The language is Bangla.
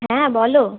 হ্যাঁ বলো